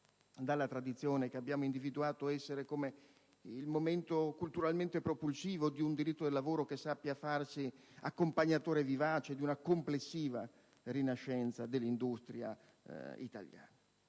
dalla tradizione che abbiamo individuato essere come il momento culturalmente propulsivo di un diritto del lavoro che sappia farsi accompagnatore vivace di una complessiva rinascenza dell'industria italiana,